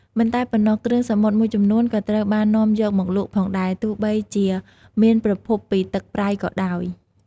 មិនតែប៉ុណ្ណោះ គ្រឿងសមុទ្រមួយចំនួនក៏ត្រូវបាននាំយកមកលក់ផងដែរ ទោះបីជាមានប្រភពពីទឹកប្រៃក៏ដោយ។